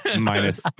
minus